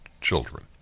children